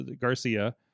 Garcia